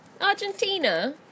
Argentina